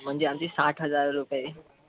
म्हणजे आमचे साठ हजार रुपये